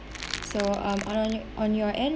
so um and on your on your end